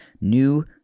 new